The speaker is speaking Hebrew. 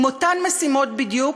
עם אותן משימות בדיוק,